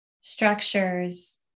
structures